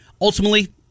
Ultimately